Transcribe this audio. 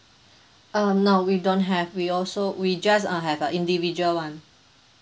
uh no we don't have we also we just uh have a individual [one]